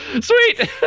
Sweet